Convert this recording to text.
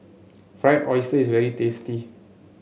Fried Oyster is very tasty